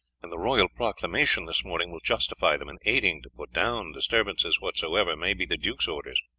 and the royal proclamation this morning will justify them in aiding to put down disturbances whatsoever may be the duke's orders.